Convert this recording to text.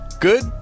Good